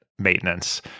maintenance